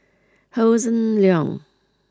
Hossan Leong